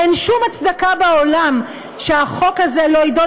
אין שום הצדקה בעולם שהחוק הזה לא יידון